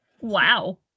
wow